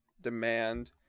demand